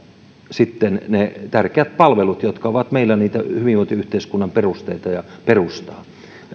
sitten ne tärkeät palvelut jotka ovat meillä niitä hyvinvointiyhteiskunnan perusteita ja perustaa varsinkin